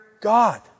God